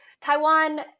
Taiwan